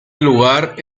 lugar